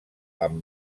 amb